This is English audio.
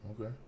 Okay